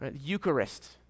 Eucharist